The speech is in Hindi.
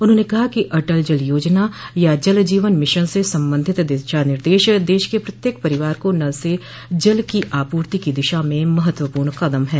उन्होंने कहा कि अटल जल याजना या जल जीवन मिशन से संबंधित दिशा निर्देश देश के प्रत्येंक परिवार को नल से जल की आपूर्ति की दिशा में महत्वपूर्ण कदम हैं